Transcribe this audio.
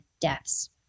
deaths